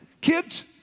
Kids